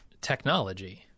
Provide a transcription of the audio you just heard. technology